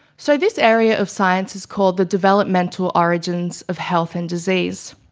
so this area of science is called the developmental origins of health and disease,